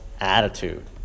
attitude